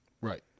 Right